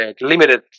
Limited